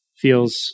feels